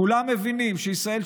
כולם מבינים שישראל,